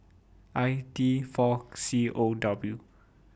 I T four C O W